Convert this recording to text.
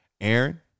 Aaron